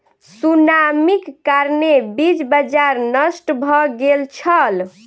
सुनामीक कारणेँ बीज बाजार नष्ट भ गेल छल